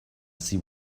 see